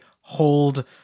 hold